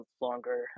longer